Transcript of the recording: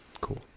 Cool